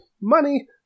money